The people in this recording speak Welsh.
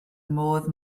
modd